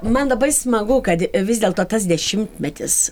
man labai smagu kad vis dėlto tas dešimtmetis